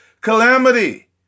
calamity